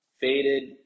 Faded